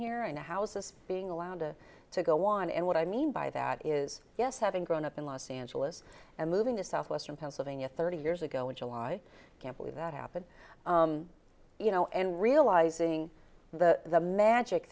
here in the house is being allowed to go on and what i mean by that is yes having grown up in los angeles and moving to southwestern pennsylvania thirty years ago in july can't believe that happened you know and realizing the the magic